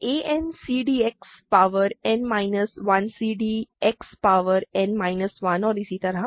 तो a n cd X power n minus 1 c d X power n minus 1 और इसी तरह